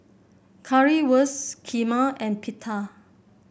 Currywurst Kheema and Pita